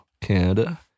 Canada